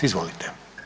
Izvolite.